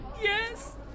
Yes